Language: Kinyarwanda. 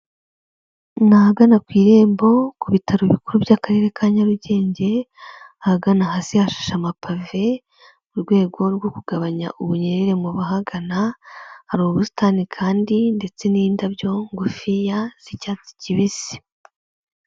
Ni ahagana ku irembo ku bitaro bikuru by'akarere ka Nyarugenge, ahagana hasi hashashe amapave mu rwego rwo kugabanya ubunyrere mu bahagana, hari ubusitani kandi ndetse n'indabyo ngufiya z'icyatsi kibisi.